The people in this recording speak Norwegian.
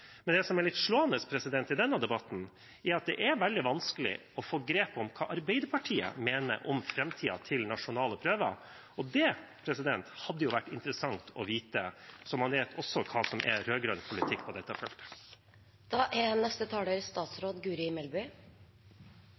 Men det som er litt slående i denne debatten, er at det er veldig vanskelig å få grep om hva Arbeiderpartiet mener om framtiden til nasjonale prøver, og det hadde det jo vært interessant å vite – så man også vet hva som er rød-grønn politikk på dette feltet. Grunnen til at jeg ba om ordet igjen, er